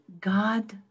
God